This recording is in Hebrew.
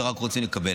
ורק רוצים לקבל.